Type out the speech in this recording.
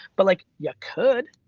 but like, ya could.